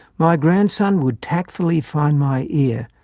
my grandson would tactfully find my ear,